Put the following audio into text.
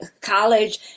college